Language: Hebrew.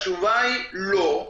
התשובה היא לא,